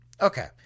Okay